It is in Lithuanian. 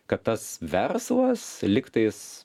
kad tas verslas lygtais